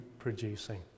producing